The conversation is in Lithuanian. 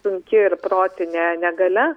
sunki ir protinė negalia